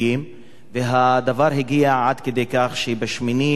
והדבר הגיע עד כדי כך שב-8 ביוני,